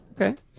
Okay